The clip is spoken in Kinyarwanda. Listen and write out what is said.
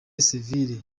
sivile